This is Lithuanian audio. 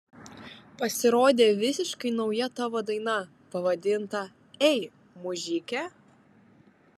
pasirodė visiškai nauja tavo daina pavadinta ei mužike